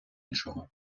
іншого